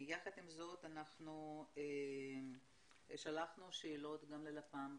יחד עם זאת אנחנו שלחנו שאלות גם ללפ"מ,